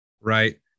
right